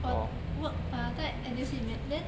我 work 在 N_T_U_C 里面 then